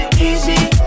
easy